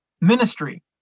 ministry